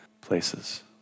places